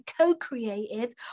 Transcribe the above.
co-created